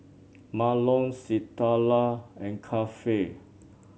Mahlon Citlali and Keifer